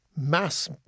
mass